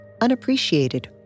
unappreciated